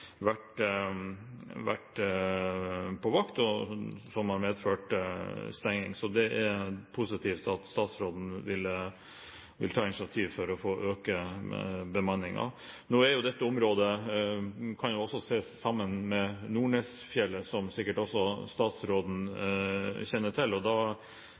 medført stenging. Så det er positivt at statsråden vil ta initiativ for å øke bemanningen. Nå kan jo dette området også ses sammen med Nordnesfjellet, som sikkert også statsråden kjenner til. Da